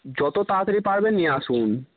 যতো তাড়াতাড়ি পারবেন নি আসুন